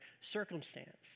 circumstance